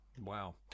Wow